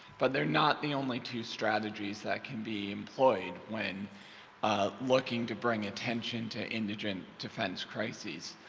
but they are not the only two strategies that can be employed when um looking to bring attention to indigent defense crises.